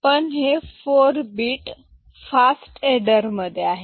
पण हे 4 bit fast adder मध्ये आहे